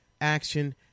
action